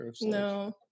No